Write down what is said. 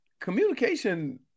Communication